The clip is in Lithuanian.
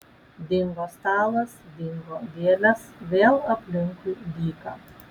dingo stalas dingo gėlės vėl aplinkui dyka